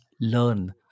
learn